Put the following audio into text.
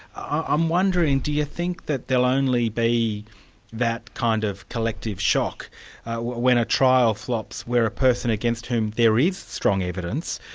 i'm wondering, do you think that there'll only be that kind of collective shock when a trial flops, where a person against whom there is strong evidence,